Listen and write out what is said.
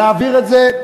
להעביר את זה.